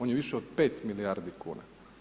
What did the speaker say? On je više od 5 milijardi kuna.